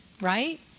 Right